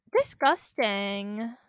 Disgusting